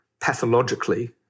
pathologically